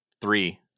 Three